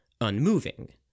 unmoving